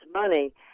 money